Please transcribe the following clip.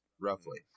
roughly